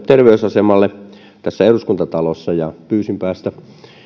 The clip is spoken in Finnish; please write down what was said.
terveysasemalle tässä eduskuntatalossa ja pyysin päästä